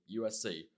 USC